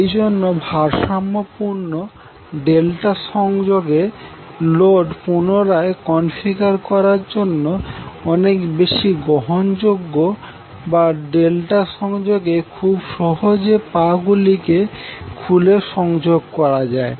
এই জন্য ভারসাম্যপূর্ণ ∆ সংযোগ লোড পুনরায় কনফিগার করার জন্য অনেক বেশি গ্রহণযোগ্য বা ∆ সংযোগে খুব সহজে পা গুলিকে খুলে সংযোগ করা যায়